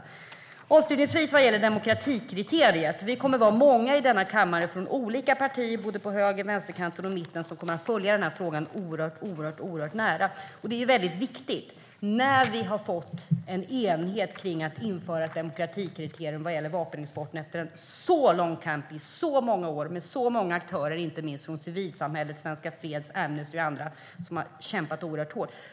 När det avslutningsvis gäller demokratikriteriet kommer vi att vara många i denna kommare från olika partier på såväl högerkanten som vänsterkanten och mitten som kommer att följa frågan oerhört nära. Det är väldigt viktigt när vi har fått en enighet om att införa ett demokratikriterium vad gäller vapenexporten efter en så lång kamp, i så många år och med så många aktörer inte minst från civilsamhället, Svenska Freds, Amnesty och andra som har kämpat oerhört hårt.